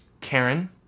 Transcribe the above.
Karen